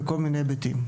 בכל מיני היבטים.